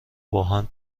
باهم